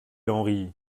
henri